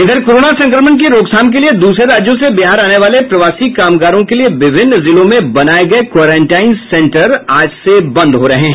इधर कोरोना संक्रमण की रोकथाम के लिये दूसरे राज्यों से बिहार आने वाले प्रवासी कामगारों के लिए विभिन्न जिलों में बनाए गए क्वारंटाइन सेंटर आज से बंद हो रहे हैं